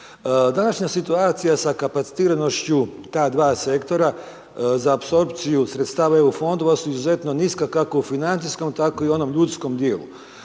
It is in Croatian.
Današnja situacija sa kapacitiranošću ta dva sektora, za apsorpciju sredstava EU fondova su izuzetno niska, kako u financijskom, tako i u onom ljudskom dijelu.